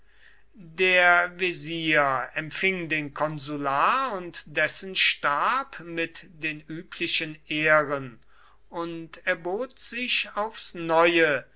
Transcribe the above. der wesir empfing den konsular und dessen stab mit den üblichen ehren und erbot sich aufs neue